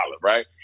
right